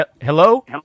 hello